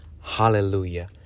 Hallelujah